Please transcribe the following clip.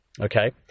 okay